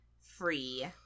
free